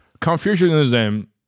Confucianism